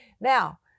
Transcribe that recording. now